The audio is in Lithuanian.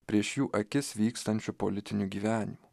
prieš jų akis vykstančiu politiniu gyvenimu